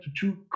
two